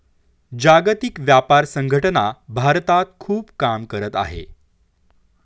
जागतिक व्यापार संघटना भारतात खूप काम करत आहे